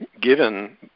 given